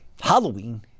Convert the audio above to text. Halloween